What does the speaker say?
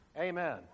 Amen